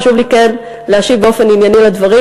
חשוב לי כן להשיב באופן ענייני על הדברים.